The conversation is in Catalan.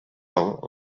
alt